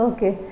Okay